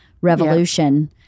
revolution